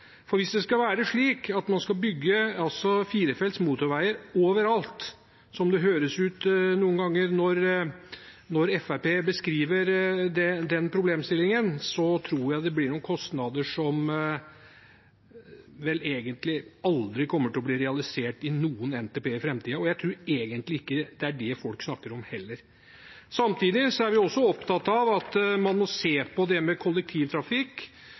reelt. Hvis en skal bygge firefelts motorveier overalt, som det noen ganger høres ut når Fremskrittspartiet beskriver den problemstillingen, tror jeg det blir noen kostnader som vel egentlig aldri kommer til å bli realisert i noen NTP i framtiden. Jeg tror heller ikke det er det folk egentlig snakker om. Samtidig er vi opptatt av at man må se på sammenhengen med kollektivtrafikk